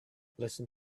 listen